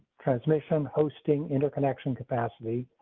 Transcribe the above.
transmission hosting inner connection capacity